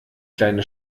kleine